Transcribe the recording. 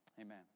Amen